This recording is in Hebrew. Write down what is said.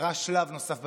קרה שלב נוסף בדרך,